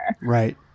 Right